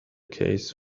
case